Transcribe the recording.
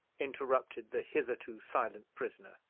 interrupted the hitherto silent prisoner,